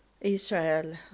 Israel